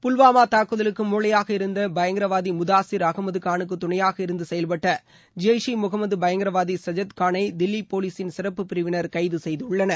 புல்வாமா தாக்குதலுக்கு மூளையாக இருந்த பயங்கரவாதி முதாசிர் அஹமது கானுக்கு துணையாக இருந்து செயல்பட்ட ஜெய்ஷே முஹமது பயங்கரவாதி சஜாத்கானை தில்லி போலீசின் சிறப்பு பிரிவினர் கைது செய்துள்ளனர்